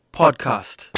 podcast